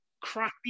crappy